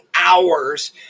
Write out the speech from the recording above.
hours